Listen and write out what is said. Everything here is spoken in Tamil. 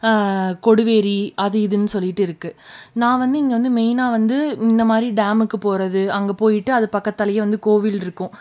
கொடிவேரி அது இதுன்னு சொல்லிவிட்டு இருக்குது நான் வந்து இங்கே வந்து மெயினாக வந்து இந்தமாதிரி டேமுக்கு போவது அங்கே போய்விட்டு அது பக்கத்தாலேயே வந்து கோவில் இருக்கும்